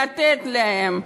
להם.